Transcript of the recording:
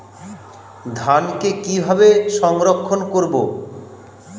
ধানকে কিভাবে সংরক্ষণ করব?